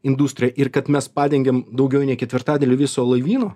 industrija ir kad mes padengiam daugiau nei ketvirtadalį viso laivyno